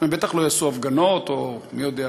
הם בטח לא יעשו הפגנות או מי יודע.